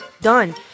done